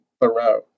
Thoreau